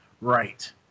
Right